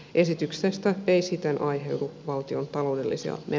esityksestä ei siten aiheudu valtiontaloudellisia ja